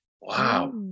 Wow